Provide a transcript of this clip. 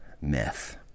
myth